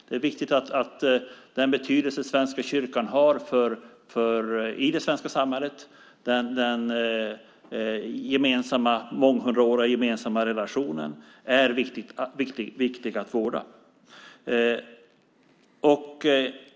Det är viktigt att vårda den månghundraåriga gemensamma relationen och den betydelse Svenska kyrkan har i det svenska samhället.